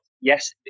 yes